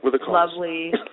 lovely